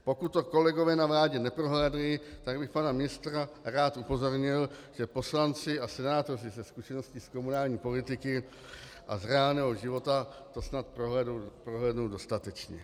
Pokud to kolegové na vládě neprohlédli, tak bych pana ministra rád upozornil, že poslanci a senátoři se zkušeností z komunální politiky a z reálného života to snad prohlédli dostatečně.